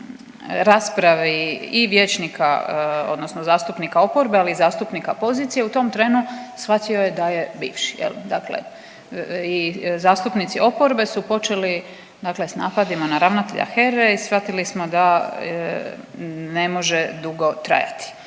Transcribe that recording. raspravi i vijećnika odnosno zastupnika oporbe ali i zastupnika pozicije u tom trenu shvatio je da je bivši. Dakle i zastupnici oporbe su počeli, dakle sa napadima na ravnatelja HERA-e i shvatili smo da ne može dugo trajati.